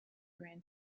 grand